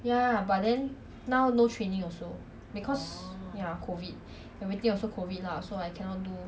ya lah but then now no training also because ya COVID everything also COVID lah so I cannot do